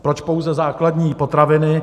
Proč pouze základní potraviny?